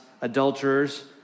adulterers